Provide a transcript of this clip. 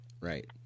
Right